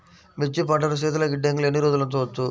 మిర్చి పంటను శీతల గిడ్డంగిలో ఎన్ని రోజులు ఉంచవచ్చు?